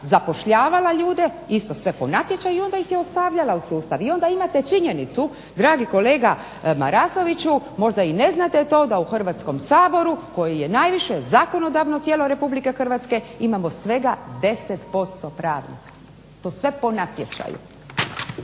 zapošljavala ljude isto sve po natječaju i onda ih je ostavljala u sustavu. I onda imate činjenicu, dragi kolega Marasoviću, možda i ne znate to da u Hrvatskom saboru koji je najviše zakonodavno tijelo RH imamo svega 10% pravnika. To sve po natječaju.